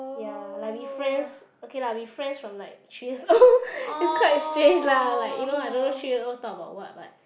ya like we friends okay lah we friends from like three years old it's quite strange lah like I don't know three years old talk about what